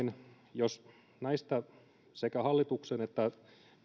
jos sekä hallituksen esittämät että